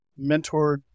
mentored